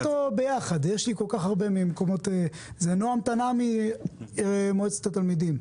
נעם תנעמי ממועצת התלמידים,